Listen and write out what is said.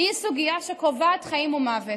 היא סוגיה שקובעת חיים ומוות.